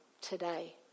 today